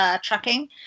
trucking